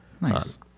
Nice